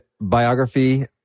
biography